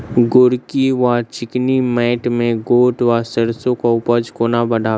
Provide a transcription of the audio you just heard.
गोरकी वा चिकनी मैंट मे गोट वा सैरसो केँ उपज कोना बढ़ाबी?